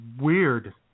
weird